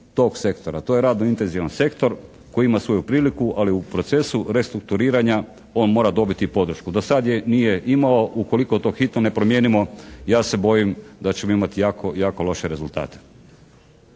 To je radno intenzivan sektor koji ima svoju priliku ali u procesu restrukturiranja on mora dobiti podršku. Do sad je nije imao. Ukoliko to hitno ne promijenimo ja se bojim da ćemo imati jako, jako loše rezultate.